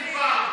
120 פעם.